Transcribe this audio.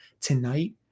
tonight